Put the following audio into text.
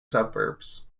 suburbs